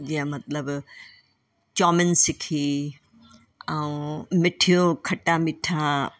जीअं मतिलबु चौमिन सिखी ऐं मिठो खट्टा मिठा